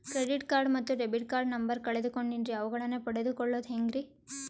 Credit card ಮತ್ತು debit card number ಕಳೆದುಕೊಂಡಿನ್ರಿ ಅವುಗಳನ್ನ ಪಡೆದು ಕೊಳ್ಳೋದು ಹೇಗ್ರಿ?